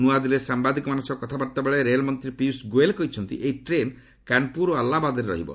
ନୁଆଦିଲ୍ଲୀରେ ସାମ୍ବାଦିକମାନଙ୍କ ସହ କଥାବାର୍ତ୍ତାବେଳେ ରେଳମନ୍ତ୍ରୀ ପିୟୁଷ ଗୋୟଲ କହିଛନ୍ତି ଏହି ଟ୍ରେନ୍ କାନ୍ପୁର ଓ ଆଲ୍ଲାହାବାଦଠାରେ ରହିବ